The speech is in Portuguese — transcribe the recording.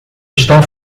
estão